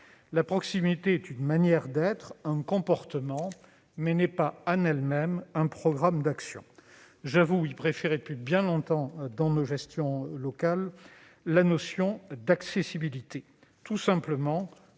La proximité est une manière d'être, un comportement, mais n'est pas en elle-même un programme d'action. J'avoue lui préférer depuis bien longtemps, dans nos gestions locales, la notion d'« accessibilité », tout simplement,